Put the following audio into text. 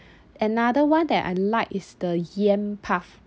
another one that I like is the yam puff